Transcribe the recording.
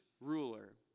ruler